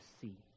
see